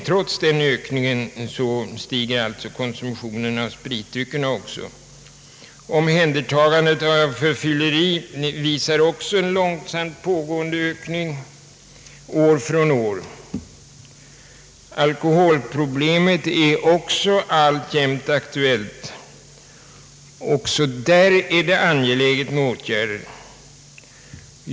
Trots den ökningen stiger alltså konsumtionen av spritdryckerna. Omhändertagande för fylleri visar också en långsamt pågående ökning år från år. Alkoholproblemet är alltjämt aktuellt och ger anledning till åtgärder.